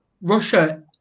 russia